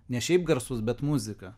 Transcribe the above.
ne šiaip garsus bet muziką